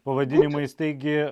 pavadinimais taigi